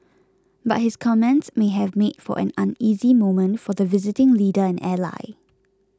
but his comments may have made for an uneasy moment for the visiting leader and ally